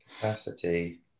capacity